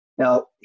Now